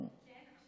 אפשר?